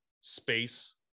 space